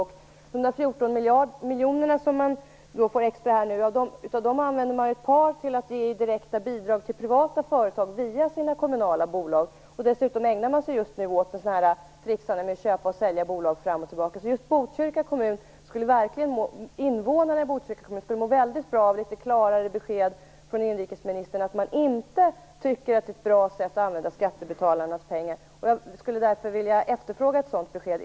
Av de 14 miljoner extra som man nu får använder man ett par till direkta bidrag till privata företag via sina kommunala bolag. Dessutom ägnar man sig just nu åt ett tricksande med att köpa och sälja bolag fram och tillbaka. Invånarna i just Botkyrka kommun skulle alltså verkligen må väldigt bra av litet klarare besked från inrikesministern om att han inte tycker att detta är ett bra sätt att använda skattebetalarnas pengar. Jag efterfrågar därför ett sådant besked.